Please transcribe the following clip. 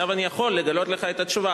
עכשיו אני יכול לגלות לך את התשובה.